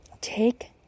take